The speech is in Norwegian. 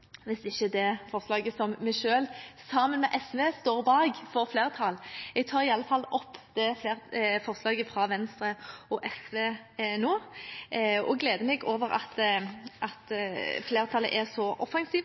hvis det forslaget som vi selv, sammen med SV, står bak, ikke får flertall. Jeg tar i alle fall opp forslaget fra Venstre og SV nå. Jeg gleder meg over at flertallet er så